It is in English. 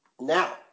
Now